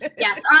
yes